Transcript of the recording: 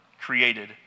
created